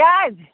کیٛازِ